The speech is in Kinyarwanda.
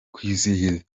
kwizihiza